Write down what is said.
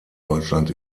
deutschland